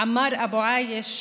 עמאר אבו עאיש,